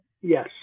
Yes